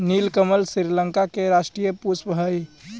नीलकमल श्रीलंका के राष्ट्रीय पुष्प हइ